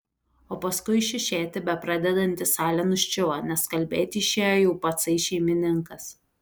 o paskui šiušėti bepradedanti salė nuščiuvo nes kalbėti išėjo jau patsai šeimininkas